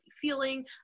feeling